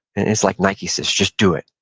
it's like nike says just do it.